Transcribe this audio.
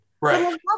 right